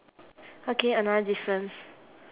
okay another difference